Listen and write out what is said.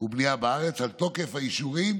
והבנייה בארץ על תוקף האישורים,